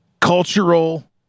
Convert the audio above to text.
cultural